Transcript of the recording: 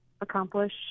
accomplish